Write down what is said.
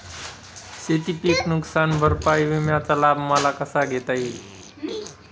शेतीपीक नुकसान भरपाई विम्याचा लाभ मला कसा घेता येईल?